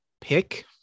pick